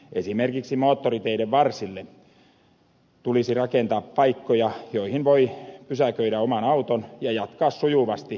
esimerkiksi moottoriteiden varsille tulisi rakentaa paikkoja joihin voi pysäköidä oman auton ja jatkaa sujuvasti joukkoliikenteellä keskustaan